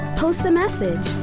post a message.